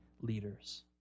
leaders